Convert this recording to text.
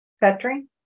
petri